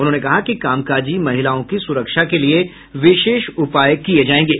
उन्होंने कहा कि कामकाजी महिलाओं की सुरक्षा के लिये विशेष उपाय किये जायेंगे